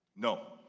no.